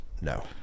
No